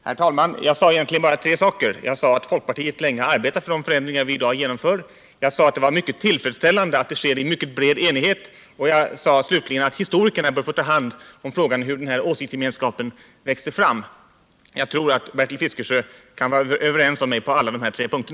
Herr talman! Jag sade egentligen bara tre saker. Jag sade att folkpartiet länge arbetat för de förändringar vi i dag genomför. Jag sade att det är mycket tillfredsställande att det sker under en bred enighet. Jag sade slutligen att historikerna bör få ta hand om frågan hur denna åsiktsgemenskap växte fram. Jag tror att Bertil Fiskesjö kan vara överens med mig på alla dessa tre punkter.